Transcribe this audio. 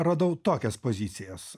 radau tokias pozicijas